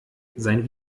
sein